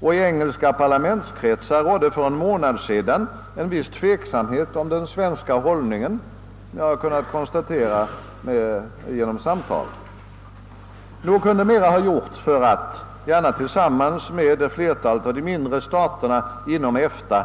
Och i engelska parlamentskretsar rådde för en månad sedan en viss tveksamhet om den svenska hållningen. Det har jag kunnat konstatera genom samtal. Nog kunde mera ha gjorts för att — gärna tillsammans med flertalet av de mindre staterna — inom EFTA